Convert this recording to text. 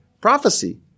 prophecy